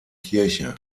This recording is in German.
kirche